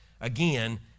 again